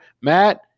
Matt